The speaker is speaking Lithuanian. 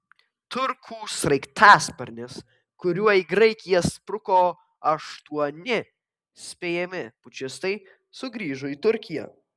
turkų sraigtasparnis kuriuo į graikiją spruko aštuoni spėjami pučistai sugrįžo į turkiją